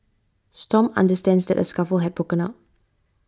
stomp understands that a scuffle had broken out